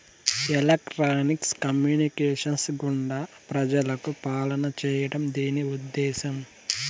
electronics communications గుండా ప్రజలకు పాలన చేయడం దీని ఉద్దేశం